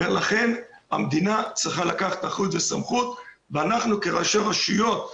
לכן המדינה צריכה לקחת אחריות וסמכות ואנחנו כראשי רשויות,